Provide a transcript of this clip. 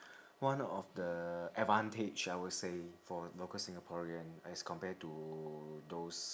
one of the advantage I would say for local singaporean as compared to those